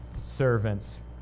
servants